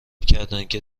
کردندکه